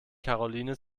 karoline